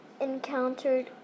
encountered